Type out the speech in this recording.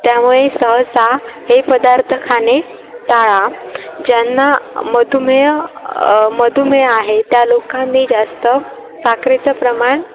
त्यामुळे सहसा हे पदार्थ खाणे टाळा ज्यांना मधुमेह मधुमेह आहे त्या लोकांनी जास्त साखरेचं प्रमाण